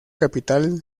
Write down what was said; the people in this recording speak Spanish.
capital